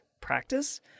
practice